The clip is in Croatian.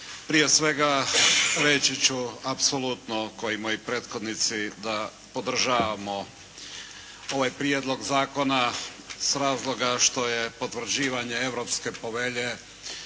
Prije svega reći ću apsolutno, kao i moji prethodnici, da podržavamo ovaj Prijedlog zakona iz razloga što je potvrđivanje Europske povelje